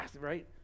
right